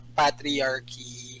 patriarchy